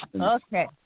Okay